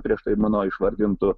prieš tai mano išvardintų